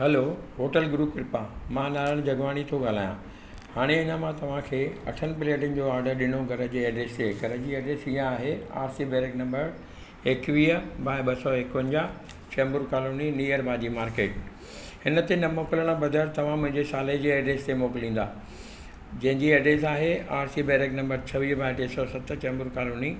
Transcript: हलो hotel Guru Kripa मां नारायण जगवाणी थो ॻाल्हायां हाणे अञा मां तव्हांखे अठनि प्लेटुनि जो ऑडर ॾिनो घर जी एड्रेस ते घर जी एड्रेस इहा आहे आर सी वेलेड नम्बर एकवीह बाए ॿ सौ एकवन्जाहु चैम्बुर कॉलोनी नियर भाॼी मार्केट हिनते न मोकिलणु बजाए तव्हां मुंहिंजे साले जे एड्रेस ते मोकिलींदा जंहिंजी एड्रेस आहे आर सी वेलेड नम्बर छवीह बाए टे सौ सत चैम्बुर कॉलोनी